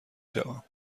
شوم